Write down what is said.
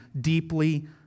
deeply